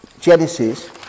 Genesis